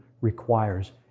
requires